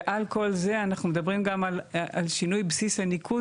ועל כל זה אנחנו מדברים גם על שינוי בסיס הניקוז